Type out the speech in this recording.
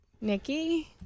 Nikki